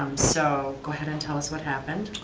um so, go ahead and tell us what happened.